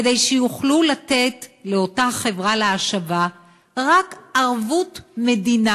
כדי שיוכלו לתת לאותה חברה להשבה רק ערבות מדינה,